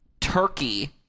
turkey